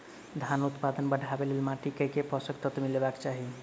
धानक उत्पादन बढ़ाबै लेल माटि मे केँ पोसक तत्व मिलेबाक चाहि?